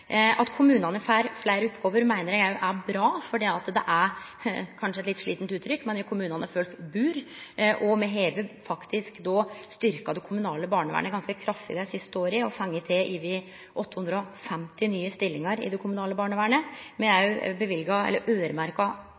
At kommunane får fleire oppgåver, meiner eg er bra, for det er – kanskje med eit litt forslite uttrykk – i kommunane folk bur, og me har faktisk styrkt det kommunale barnevernet ganske kraftig dei siste åra og fått til over 850 nye stillingar i det kommunale barnevernet. Me har øremerka